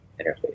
interface